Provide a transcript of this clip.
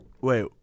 wait